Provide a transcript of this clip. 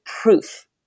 proof